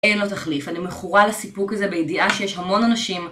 אין לו תחליף, אני מכורה לסיפור כי זה בידיעה שיש המון אנשים...